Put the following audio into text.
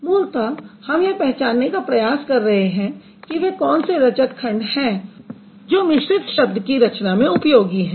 मूलतः हम यह पहचानने का प्रयास कर रहे हैं कि वे कौन से रचक खंड हैं जो मिश्रित शब्द की रचना में उपयोगी हैं